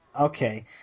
Okay